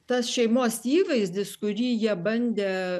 tas šeimos įvaizdis kurį jie bandė